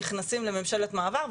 נכנסים לממשלת מעבר,